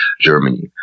Germany